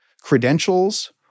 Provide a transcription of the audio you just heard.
credentials